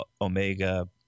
Omega